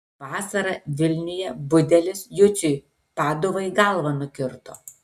vasarą vilniuje budelis juciui paduvai galvą nukirto